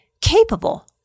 capable